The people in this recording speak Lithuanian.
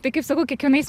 tai kaip sakau kiekvienais